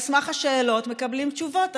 על סמך השאלות מקבלים תשובות,